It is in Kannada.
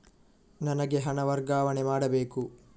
ನನಗೆ ಹಣ ವರ್ಗಾವಣೆ ಮಾಡಬೇಕು